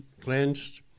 cleansed